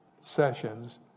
sessions